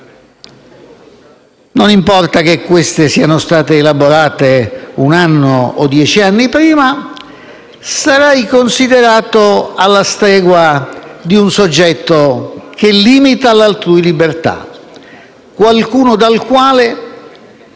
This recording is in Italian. non importa che queste siano state elaborate un anno o dieci anni prima, sarà considerato alla stregua di un soggetto che limita l'altrui libertà, qualcuno dal quale